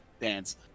dance